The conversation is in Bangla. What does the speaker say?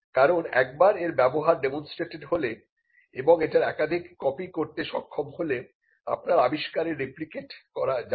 কারণ একবার এর ব্যবহার ডেমনস্ট্রেটেড হলে এবং এটার একাধিক কপি করতে সক্ষম হলে আপনার আবিষ্কারের রেপ্লিকেট করা যাবে